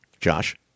Josh